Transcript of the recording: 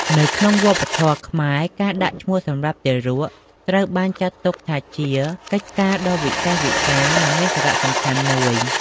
នៅក្នុងវប្បធម៌ខ្មែរ ការដាក់ឈ្មោះសម្រាប់ទារក ត្រូវបានចាត់ទុកថាជាកិច្ចការដ៏វិសេសវិសាល និងមានសារៈសំខាន់មួយ។